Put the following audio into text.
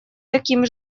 таким